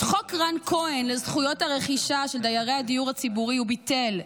את חוק רן כהן לזכויות הרכישה של הדיור הציבורי הוא ביטל.